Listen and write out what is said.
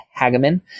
hageman